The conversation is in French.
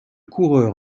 coureur